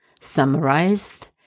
summarized